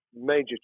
major